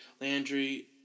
Landry